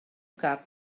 cap